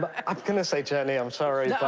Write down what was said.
but i'm going to say jennie, i'm sorry,